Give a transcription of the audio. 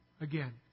Again